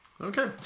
Okay